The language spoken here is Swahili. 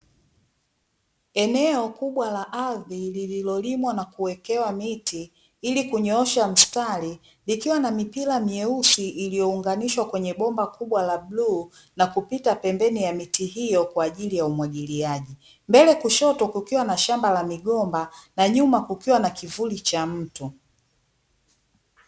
Eneo kubwa la ardhi lililolimwa na kuwekewa miti ili kunyoosha mstari, likiwa na mipira myeusi iliyounganishwa kwenye bomba kubwa la bluu na kupita pembeni ya miti hiyo kwa ajili ya umwagiliaji. Mbele kushoto kukiwa na shamba la migomba na nyuma kukiwa na kivuli cha mtu.